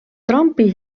trumpi